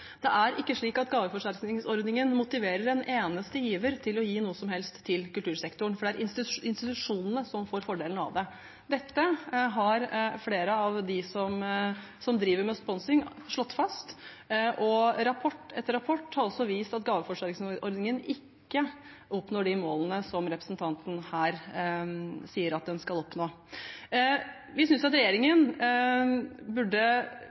Gaveforsterkningsordningen motiverer ikke én eneste giver til å gi noe som helst til kultursektoren, for det er institusjonene som får fordelen av det. Dette har flere av dem som driver med sponsing, slått fast, og rapport etter rapport har også vist at gaveforsterkningsordningen ikke oppnår de målene som representanten her sier at den skal oppnå. Vi synes at regjeringen f.eks. burde